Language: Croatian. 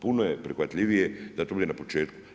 Puno je prihvatljivije da to bude na početku.